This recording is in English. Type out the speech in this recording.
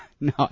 No